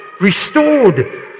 restored